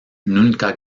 nunca